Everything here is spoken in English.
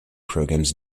programs